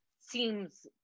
seems